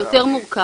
הוא יותר מורכב.